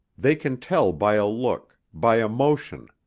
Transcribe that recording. they can tell by a look, by a motion,